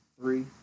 three